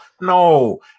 No